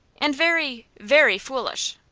and very very foolish.